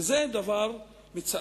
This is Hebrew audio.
וזה דבר מצער,